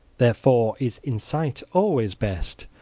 therefore is insight always best,